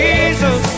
Jesus